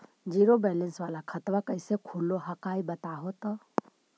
Zero balance वाला खतवा कैसे खुलो हकाई बताहो तो?